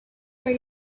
were